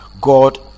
God